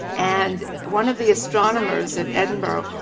and one of the astronomers at edinburgh,